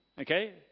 Okay